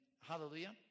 hallelujah